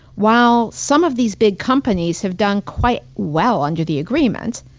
while some of these big companies have done quite well under the agreement,